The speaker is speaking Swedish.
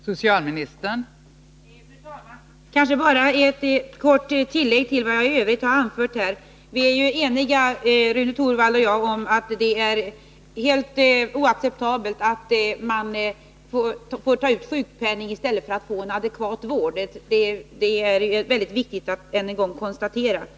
Fru talman! Jag vill göra ett kort tillägg till det jag i övrigt har anfört. Rune Torwald och jag är ju eniga om att det är helt oacceptabelt att man får ta ut sjukpenning i stället för att få adekvat vård — det är mycket viktigt att än en gång konstatera detta.